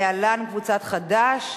להלן: קבוצת חד"ש.